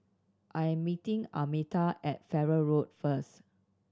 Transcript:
I am meeting Almeta at Farrer Road first